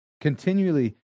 Continually